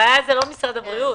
הבעיה היא לא משרד הבריאות.